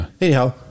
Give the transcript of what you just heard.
Anyhow